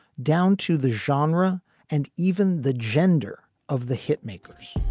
down to the genre and even the gender of the hitmakers